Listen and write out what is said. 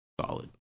solid